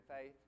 faith